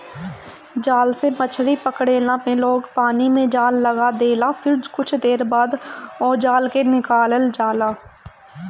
जाल से मछरी पकड़ला में लोग पानी में जाल लगा देला फिर कुछ देर बाद ओ जाल के निकालल जाला